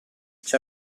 c’è